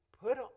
Put